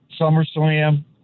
SummerSlam